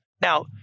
Now